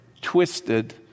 twisted